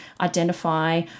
identify